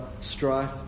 strife